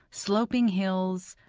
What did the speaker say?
sloping hills,